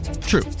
true